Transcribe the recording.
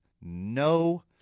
no